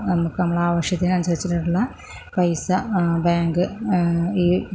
നമുക്ക് നമ്മളുടെ ആവശ്യത്തിനനുസരിച്ചുള്ള പൈസ ബാങ്ക് ഈ ഇത്രയും